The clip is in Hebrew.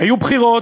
היו בחירות